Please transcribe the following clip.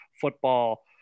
football